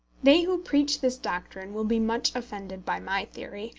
they who preach this doctrine will be much offended by my theory,